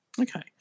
Okay